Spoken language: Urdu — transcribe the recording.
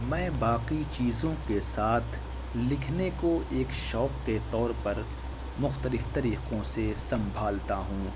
میں باقی چیزوں کے ساتھ لکھنے کو ایک شوق کے طور پر مختلف طریقوں سے سنبھالتا ہوں